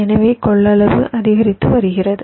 எனவே கொள்ளளவு அதிகரித்து வருகிறது